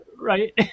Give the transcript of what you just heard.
Right